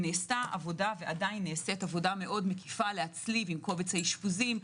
נעשתה עבודה ונעשית עבודה עדיין מאוד מקיפה להצליב עם קובץ האשפוזים,